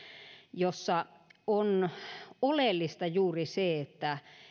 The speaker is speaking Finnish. jossa on oleellista juuri se että